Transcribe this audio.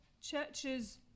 Churches